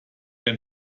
ein